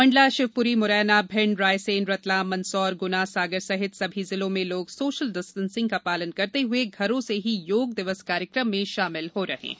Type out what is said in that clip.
मंडला शिवपुरी मुरैना भिंड रायसेन रतलाम मंदसौर गुना सागर सहित सभी जिलों में लोग सोशल डिस्टेंसिंग का पालन करते हुए घरों से ही योग दिवस कार्यक्रम में शामिल हो रहे हैं